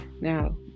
now